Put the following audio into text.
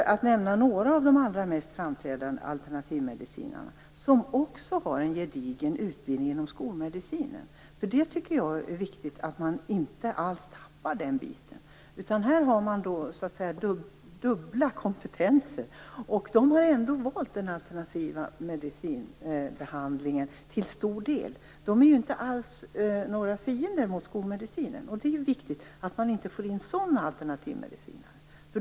Detta var ett par av de allra mest framträdande alternativmedicinarna, som också har en gedigen utbildning inom skolmedicinen. Det är ju viktigt att man inte tappar den biten. Här är det så att säga fråga om dubbla kompetenser. Ändå har de till stor del valt den alternativa behandlingen. De är ju inte alls några fiender till skolmedicinen, och det är ju viktigt att man inte får in den typen av alternativmedicinare.